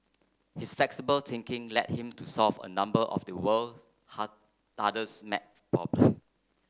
his flexible thinking led him to solve a number of the world's hard hardest maths problems